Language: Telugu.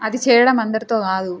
అది చేయడం అందరితో కాదు